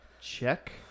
check